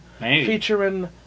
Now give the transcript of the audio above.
featuring